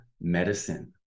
medicine